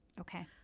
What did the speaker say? okay